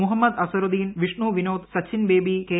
Muhammad Azharuddin Vishnu Vinod Sachin Bobby K